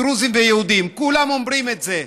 דרוזים ויהודים כולם אומרים את זה.